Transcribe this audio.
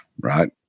right